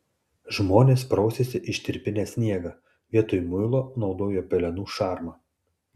žmonės prausėsi ištirpinę sniegą vietoj muilo naudojo pelenų šarmą